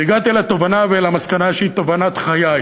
והגעתי לתובנה ולמסקנה שהיא תובנת חיי,